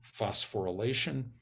phosphorylation